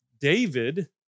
David